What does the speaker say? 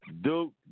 Duke